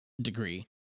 degree